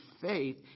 faith